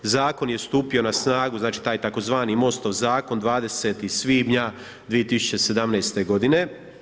Zakon je stupio na snagu, znači taj tzv. MOST-ov zakon 20. svibnja 2017. godine.